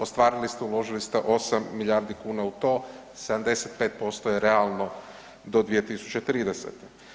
Ostvarili ste i uložili ste 8 milijardi kuna u to, 75% je realno do 2030.